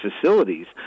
facilities